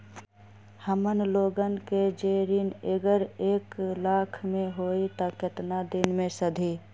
हमन लोगन के जे ऋन अगर एक लाख के होई त केतना दिन मे सधी?